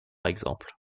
exemple